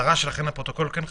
ההצהרה שלכם לפרוטוקול כן חשובה.